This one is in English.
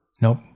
nope